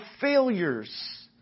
failures